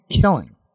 killing